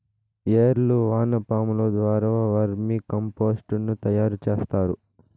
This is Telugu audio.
ఏర్లు వానపాముల ద్వారా వర్మి కంపోస్టుని తయారు చేస్తారు